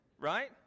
Right